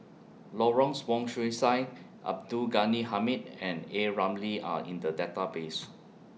Lawrence Wong Shyun Tsai Abdul Ghani Hamid and A Ramli Are in The Database